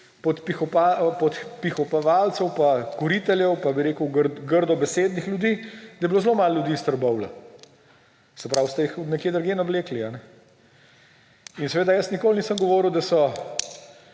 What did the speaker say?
podpihovalcev in kuriteljev pa, bi rekel, grdobesednih ljudi je bilo zelo malo ljudi iz Trbovelj. Se pravi, ste jih od nekje drugje navlekli. In seveda jaz nikoli nisem govoril, da so